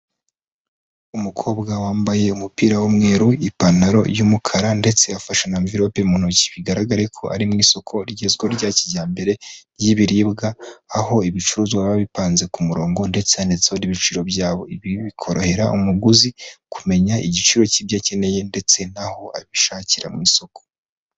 Umukobwa wambaye umupira w'umweru, ipantaro y'umukara ndetse afasha na mviropi mu ntoki, bigaragare ko ari mu isoko rigezweko rya kijyambere ry'ibiribwa, aho ibicuruzwa biba bipanze ku murongo ndetse handitseho n' ibiciro byabo, ibi bikorohera umuguzi kumenya igiciro cy'ibyo akeneye ndetse n'aho abishakira mu isoko.